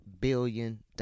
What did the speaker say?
billion